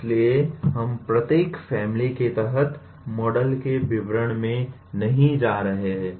इसलिए हम प्रत्येक फैमिली के तहत मॉडल के विवरण में नहीं जा रहे हैं